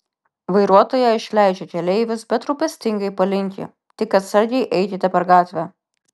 vairuotoja išleidžia keleivius bet rūpestingai palinki tik atsargiai eikite per gatvę